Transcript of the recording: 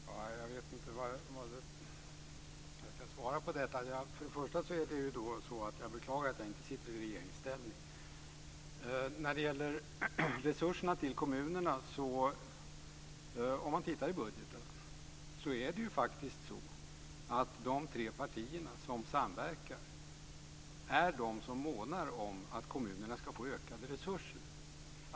Herr talman! Jag vet inte vad jag skall svara på detta. För det första beklagar jag att jag inte sitter i regeringsställning. När det gäller resurserna till kommunerna ser man i budgeten att de tre partier som samverkar är de som månar om att kommunerna skall få ökade resurser.